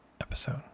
episode